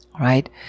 right